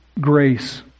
grace